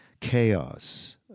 chaos